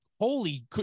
holy